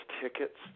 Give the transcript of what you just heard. tickets